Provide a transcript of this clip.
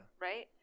Right